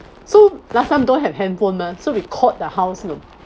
so last time don't have handphone mah so we called the house you know